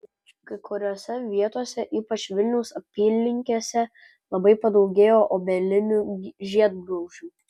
kai kuriose vietose ypač vilniaus apylinkėse labai padaugėjo obelinių žiedgraužių